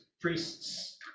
Priests